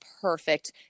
perfect